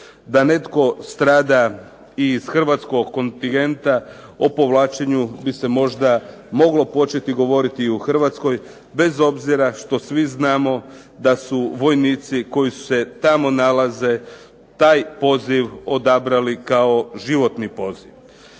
da netko strada i iz hrvatskog kontingenta o povlačenju bi se možda moglo početi govoriti i u Hrvatskoj bez obzira što svi znamo da su vojnici koji se tamo nalaze taj poziv odabrali kao životni poziv.